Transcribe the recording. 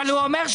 אבל הוא אומר.